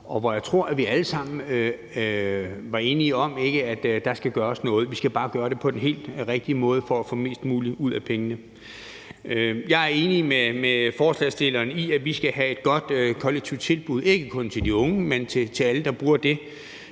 og hvor jeg tror, at vi alle sammen er enige om, at der skal gøres noget; vi skal bare gøre det på den rigtige måde for at få mest muligt ud af pengene. Jeg er enig med forslagsstillerne i, at vi skal have et godt kollektivt tilbud, ikke kun til de unge, men til alle, der bruger det.